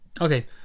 Okay